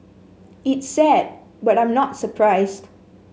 it's sad but I'm not surprised